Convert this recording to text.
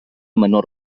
menor